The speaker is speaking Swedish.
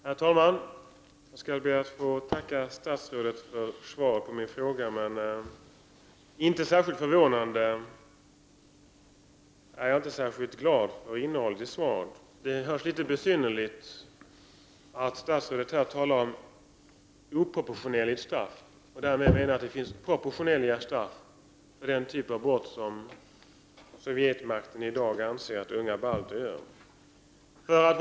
Herr talman! Jag skall be att få tacka statsrådet för svaret på min fråga. Det är inte förvånande att jag inte är särskilt glad över innehållet i svaret. Det låter litet besynnerligt när statsrådet talar om ”oproportionerligt straff”, om hon därmed menar att det finns proportionerliga straff för den typ av brott som Sovjetmakten i dag anser att unga balter begår.